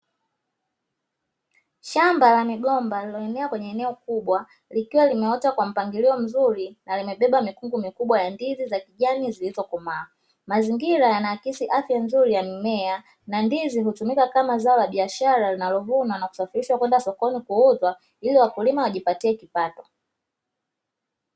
Shamba la migomba iliyoenea kwenye eneo kubwa likiwa limeota kwa mpangilio mzuri na imebeba mikungu mikubwa ya ndizi za kijani zilizo komaa. Mazingira yanaakisi afya bora ya mimea na ndizi hutumika kama zao la biashara linalovunwa na kusafirishwa kwenda sokoni kuuzwa ili wakulima wajipatie kipato.